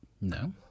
No